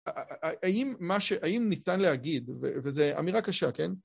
האם ניתן להגיד, וזו אמירה קשה, כן?